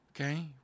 Okay